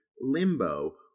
Limbo